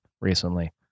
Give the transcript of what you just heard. recently